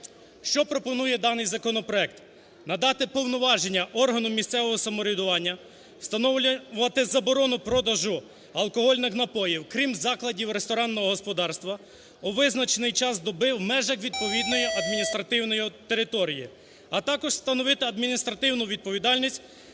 Що пропонує даний законопроект? Надати повноваження органу місцевого самоврядування встановлювати заборону продажу алкогольних напоїв, крім закладів ресторанного господарства, у визначений час доби в межах відповідної адміністративної території, а також встановити адміністративну відповідальність